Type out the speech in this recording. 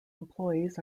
employees